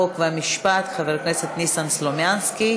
חוק ומשפט חבר הכנסת ניסן סלומינסקי.